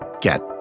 get